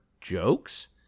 jokes